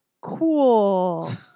cool